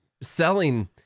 selling